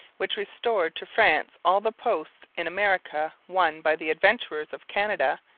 which restored to france all the posts in america won by the adventurers of canada,